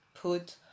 put